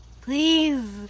Please